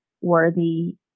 worthy